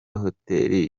hoteli